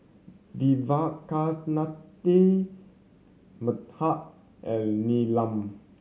Vivekananda Medha and Neelam